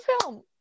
film